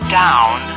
down